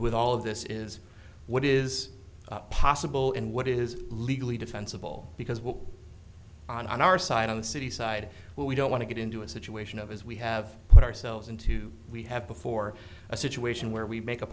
with all of this is what is possible and what is legally defensible because we're on our side of the city side where we don't want to get into a situation of as we have put ourselves into we have before a situation where we make a